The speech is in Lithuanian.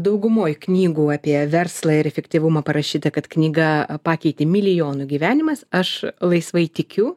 daugumoj knygų apie verslą ir efektyvumą parašyta kad knyga pakeitė milijonų gyvenimas aš laisvai tikiu